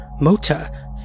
Mota